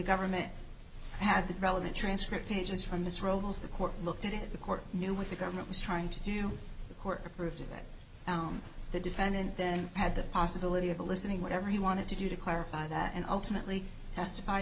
government had the relevant transcript pages from this robles the court looked at it the court knew what the government was trying to do the court approved that the defendant then had the possibility of listening whatever he wanted to do to clarify that and ultimately testif